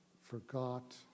forgot